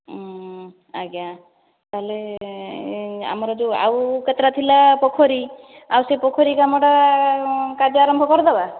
ହୁଁ ଆଜ୍ଞା ତା ହେଲେ ଆମର ଯେଉଁ ଆଉ କେତେଟା ଥିଲା ପୋଖରୀ ଆଉ ସେ ପୋଖରୀ କାମଟା କାଲି ଆରମ୍ଭ କରିଦେବା